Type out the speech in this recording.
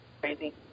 crazy